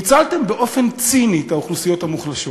ניצלתם באופן ציני את האוכלוסיות המוחלשות